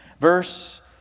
Verse